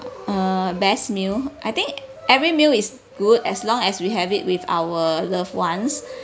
err best meal I think every meal is good as long as we have it with our loved ones